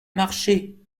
marcher